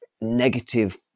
negative